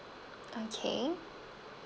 okay